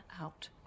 out